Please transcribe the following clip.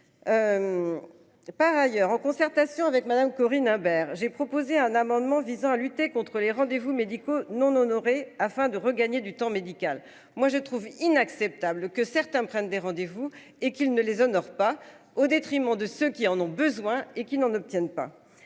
Par ailleurs, en concertation avec Madame Corinne Imbert. J'ai proposé un amendement visant à lutter contres les rendez-vous médicaux non honorés afin de regagner du temps médical. Moi je trouve inacceptable que certains prennent des rendez-vous et qu'il ne les honore pas au détriment de ceux qui en ont besoin et qu'ils n'en obtiennent pas